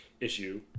issue